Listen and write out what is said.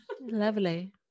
Lovely